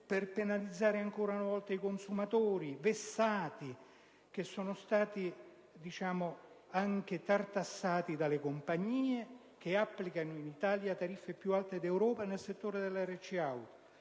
per penalizzare ancora una volta i consumatori che sono stati già ampiamente vessati dalle compagnie, che applicano in Italia tariffe più alte d'Europa nel settore della RC Auto,